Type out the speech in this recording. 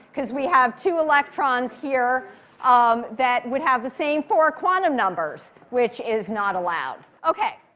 because we have two electrons here um that would have the same four quantum numbers, which is not allowed. ok,